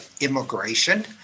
immigration